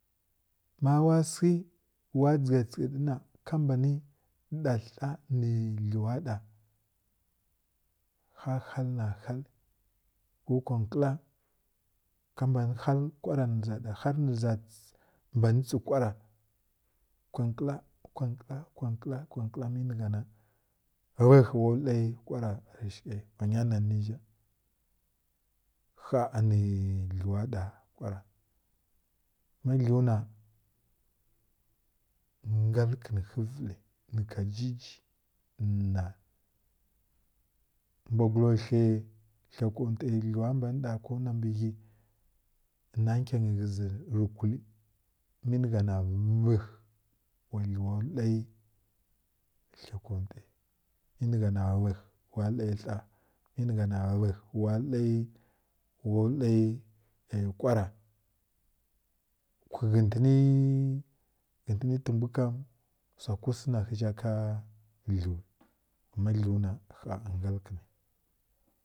Ma wa səkə wa dʒa tsəkiɗi ka mba ni ɗa ha nə dləwa ɗa ha hal na hal ko kwa nkala ka mban kwara nə za ɗa har nə za ts mbani tsi kwara kwa mwa kwa nkla kwa nkla kwa nkla mə ni gha na ləhə loi kwara rə shikəyi wa nya nan nə zha haa nə dləw ɗa kwara ma dləw na ngal kən həvəl nə ka jəjə na mbwgula hi hi konti həw mbun ɗa ko na mbi ghə na nkən ghə zi rə kul mə ni gha vəhə wa dləw loiyi h tli kontə mə ni gha na wa loiyi ha mə ni gha ləhə wa loiyi kwara kwi ghətən təmbwi kam wsa kusi na ghə zha dləw ma dləw na gha ngal kən.